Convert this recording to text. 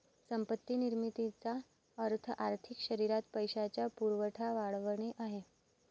संपत्ती निर्मितीचा अर्थ आर्थिक शरीरात पैशाचा पुरवठा वाढवणे आहे